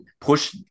push